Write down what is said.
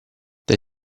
they